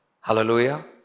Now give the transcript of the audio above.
Hallelujah